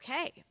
okay